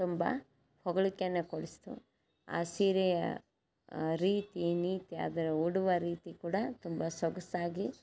ತುಂಬ ಹೊಗಳಿಕೆಯನ್ನು ಕೊಡಿಸ್ತು ಆ ಸೀರೆಯ ರೀತಿ ನೀತಿ ಅದರ ಉಡುವ ರೀತಿ ಕೂಡ ತುಂಬ ಸೊಗಸಾಗಿ